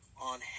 on